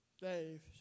Dave